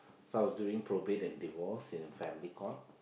so I was doing probate and divorce in Family Court